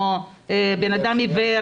אדם עיוור,